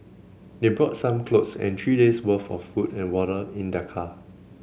they brought some clothes and three days' worth of food and water in their car